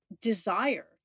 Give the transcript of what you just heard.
desire